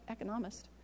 economist